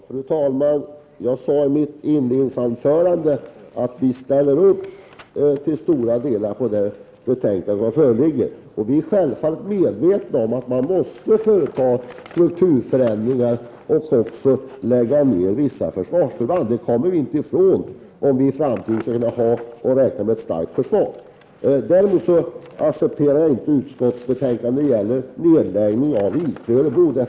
Fru talman! Jag sade i mitt inledningsanförande att vi till stora delar ställer upp på det betänkande som föreligger. Vi är självfallet medvetna om att man måste företa strukturförändringar och lägga ned vissa försvarsförband. Det kommer vi inte ifrån, om vi i framtiden skall kunna räkna med att ha ett starkt försvar. Däremot accepterar jag inte utskottets skrivning när det gäller nedläggning av I 3 i Örebro.